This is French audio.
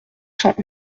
cent